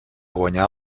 guanyar